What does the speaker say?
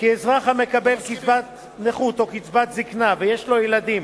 אזרח המקבל קצבת נכות או קצבת זיקנה, ויש לו ילדים